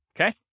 Okay